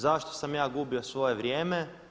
Zašto sam ja gubio svoje vrijeme?